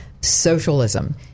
socialism